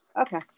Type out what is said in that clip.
okay